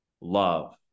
love